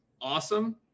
awesome